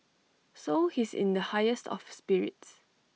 so he's in the highest of spirits